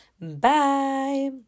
Bye